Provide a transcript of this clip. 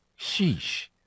Sheesh